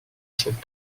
cette